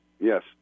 Yes